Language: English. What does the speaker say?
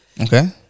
Okay